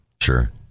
Sure